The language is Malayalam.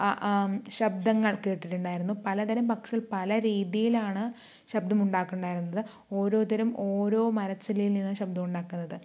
അ അ ശബ്ദങ്ങൾ കേട്ടിട്ടുണ്ടായിരുന്നു പലതരം പക്ഷി പലരീതിയിലാണ് ശബ്ദമുണ്ടാക്കുന്നുണ്ടായിരുന്നത് ഓരോരുത്തരും ഓരോ മരച്ചില്ലയിലിരുന്ന് ശബ്ദമുണ്ടാക്കുന്നത്